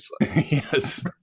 yes